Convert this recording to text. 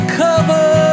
cover